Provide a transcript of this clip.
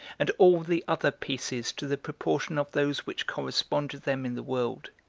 and all the other pieces to the proportion of those which correspond to them in the world,